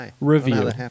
review